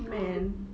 men